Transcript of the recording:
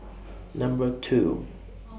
Number two